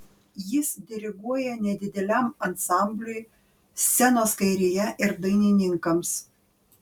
jis diriguoja nedideliam ansambliui scenos kairėje ir dainininkams